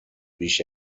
بیش